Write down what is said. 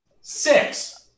six